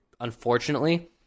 unfortunately